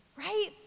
Right